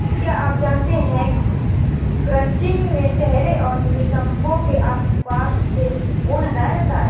क्या आप जानते है क्रचिंग में चेहरे और नितंबो के आसपास से ऊन हटाया जाता है